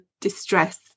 distress